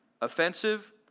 offensive